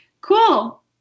Cool